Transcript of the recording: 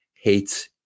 Hates